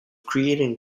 creating